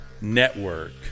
network